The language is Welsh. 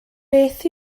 beth